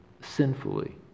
sinfully